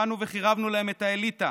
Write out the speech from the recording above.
באנו וחירבנו להם את האליטה.